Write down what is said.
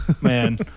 Man